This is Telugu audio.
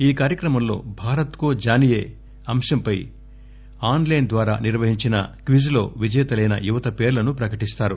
ఈ కార్యక్రమంలో భారత్ కో జానియే అంశంపై ఆస్ లైస్ ద్వారా నిర్వహించిన క్విజ్ లో విజేతలైన యువత పేర్లను ప్రకటిస్తారు